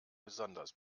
besonders